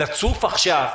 לצוף עכשיו,